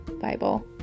Bible